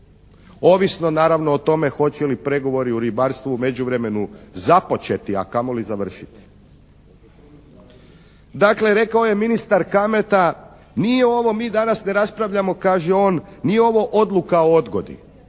Ovisno, naravno, o tome hoće li pregovori u ribarstvu u međuvremenu započeti, a kamoli završiti. Dakle, rekao je ministar Kalmeta, nije ovo, mi danas ne raspravljamo, kaže on, nije ovo odluka o odgodi.